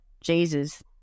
Jesus